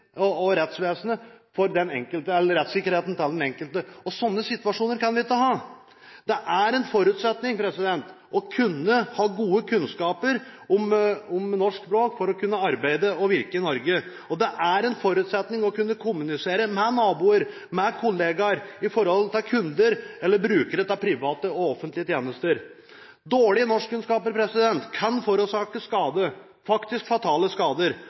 det svekker rettssikkerheten til den enkelte. Slik kan vi ikke ha det. Det er en forutsetning å ha gode kunnskaper om norsk språk for å kunne arbeide og virke i Norge. Det er en forutsetning å kunne kommunisere – med naboer, med kollegaer, med kunder eller med brukere av private og offentlige tjenester. Dårlige norskkunnskaper kan forårsake skade – faktisk fatale skader